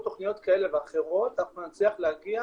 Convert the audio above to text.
תוכניות כאלה ואחרות אנחנו נצליח להגיע